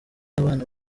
abana